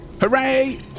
Hooray